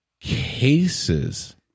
cases